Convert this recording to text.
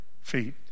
feet